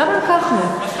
למה לקחנו?